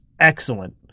excellent